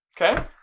Okay